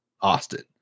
Austin